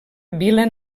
vila